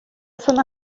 zona